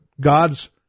God's